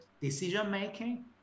decision-making